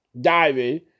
diving